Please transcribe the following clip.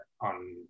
on